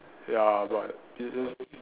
ya but it it's